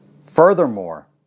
Furthermore